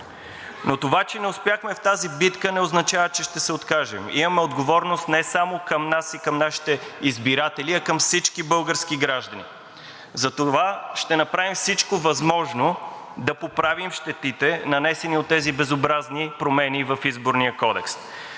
Но това, че не успяхме в тази битка, не означава, че ще се откажем. Имаме отговорност не само към нас и към нашите избиратели, а към всички български граждани. Затова ще направим всичко възможно да поправим щетите, нанесени от тези безобразни промени в Изборния кодекс.